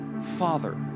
Father